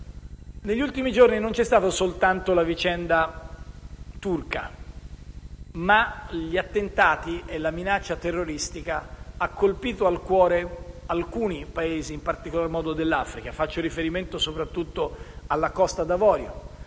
Negli ultimi giorni non c'è stata soltanto la vicenda turca, ma gli attentati e la minaccia terroristica hanno colpito al cuore alcuni Paesi, in particolar modo dell'Africa. Faccio riferimento soprattutto alla Costa d'Avorio,